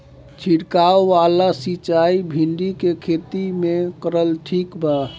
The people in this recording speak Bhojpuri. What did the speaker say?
छीरकाव वाला सिचाई भिंडी के खेती मे करल ठीक बा?